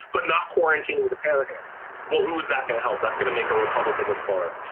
but not quarantining the well. who is that going to help that's going to make a republican win florida.